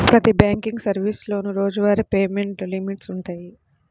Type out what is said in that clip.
ప్రతి బ్యాంకింగ్ సర్వీసులోనూ రోజువారీ పేమెంట్ లిమిట్స్ వుంటయ్యి